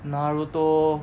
naruto